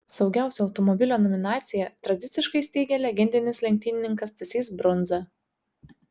saugiausio automobilio nominaciją tradiciškai steigia legendinis lenktynininkas stasys brundza